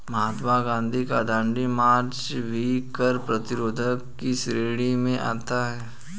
महात्मा गांधी का दांडी मार्च भी कर प्रतिरोध की श्रेणी में आता है